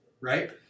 right